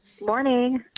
morning